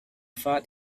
fat